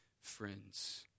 friends